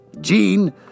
Jean